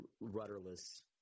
rudderless